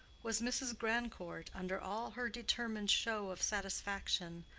was mrs. grandcourt, under all her determined show of satisfaction,